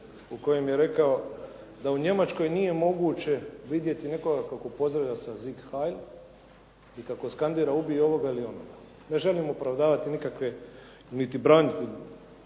u kojem je rekao da u Njemačkoj nije moguće vidjeti nekoga kako pozdravlja sa "Sieg Heil!" i kako skandira "ubij ovoga ili onoga". Ne želim opravdavati nikakve niti braniti,